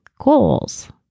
goals